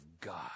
God